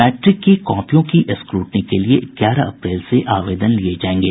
matric की कॉपियों की स्क्रूटनी के लिए ग्यारह अप्रैल से आवेदन लिये जायेंगे